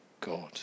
God